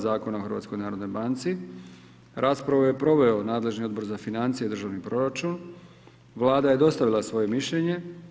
Zakona o HNB, raspravu je proveo nadležni Odbor za financije i državni proračun, Vlada je dostavila svoje mišljenje.